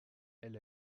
elle